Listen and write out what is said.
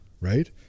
right